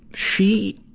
she,